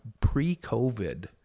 Pre-COVID